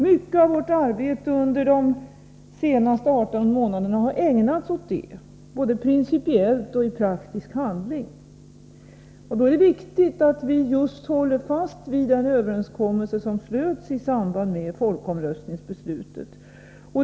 Mycket av vårt arbete under de senaste 18 månaderna har ägnats åt det, både principiellt och i praktisk handling. Då är det viktigt att vi håller fast vid just den överenskommelse som slöts i samband med folkomröstningsbeslutet.